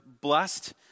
blessed